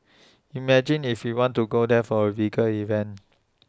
imagine if we want to go there for A event